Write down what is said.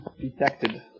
detected